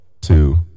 Two